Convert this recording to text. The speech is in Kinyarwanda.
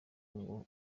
ngo